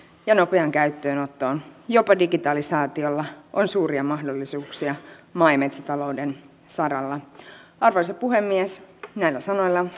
ja nopeaan käyttöönottoon jopa digitalisaatiolla on suuria mahdollisuuksia maa ja metsätalouden saralla arvoisa puhemies näillä sanoilla